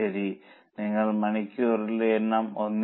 ശരി നിങ്ങൾ മണിക്കൂറുകളുടെ എണ്ണം 1